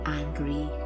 angry